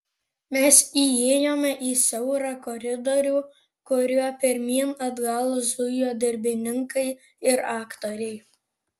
mes įėjome į siaurą koridorių kuriuo pirmyn atgal zujo darbininkai ir aktoriai